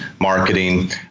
marketing